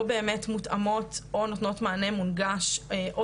לא באמת מותאמות או נותנות מענה מונגש או